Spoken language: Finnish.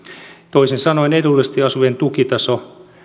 toisin sanottuna edullisesti asuvien tukitaso